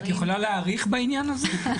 את יכולה להאריך בעניין הזה?